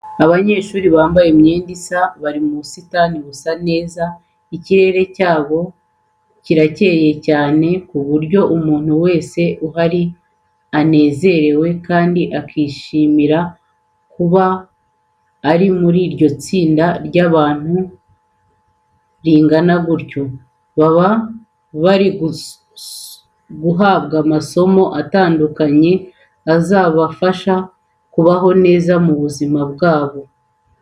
Abanyeshuri bambaye imyenda isa bari mu busitani busa neza, ikirere nacyo kirakeye cyane ku buryo umuntu wese uhari anezerewe kandi akishimira kuba ari muri iri tsinda ry'abantu ringana gutya. Baba bari guhabwa amasomo atandukanye azabafasha kubaho neza mu buzima bwabo.